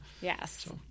Yes